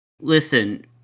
listen